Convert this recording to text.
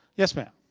yes, ma'am.